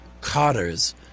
Cotters